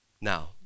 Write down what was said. Now